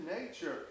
nature